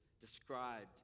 described